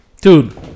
Dude